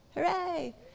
Hooray